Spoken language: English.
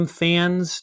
fans